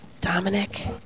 Dominic